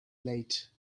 late